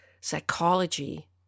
psychology